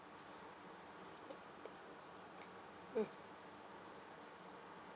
mm